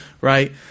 right